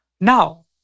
Now